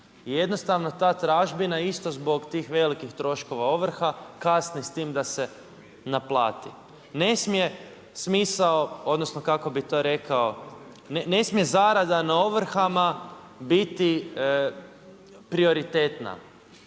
jednostavno ta tražbina isto zbog tih velikih troškova ovrha, kasni s tim da se naplati. Ne smije smisao, odnosno, kako bi to rekao,